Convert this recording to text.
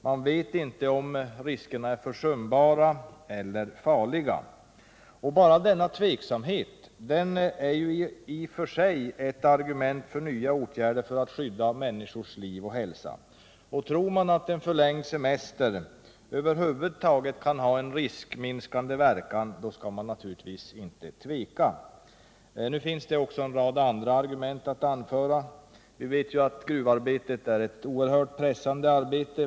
Man vet inte om riskerna är försumbara eller farliga. Bara denna tveksamhet är i och för sig ett argument för nya åtgärder för att skydda människors liv och hälsa. Tror man att en förlängd semester över huvud taget kan ha en riskminskande verkan, då skall man naturligtvis inte tveka. Det finns också en rad andra argument att anföra. Vi vet ju att gruvarbete är oerhört pressande.